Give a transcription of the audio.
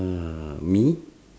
uh me